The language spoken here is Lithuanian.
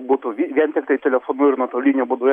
būtų vien tiktai telefonu ir nuotoliniu būdu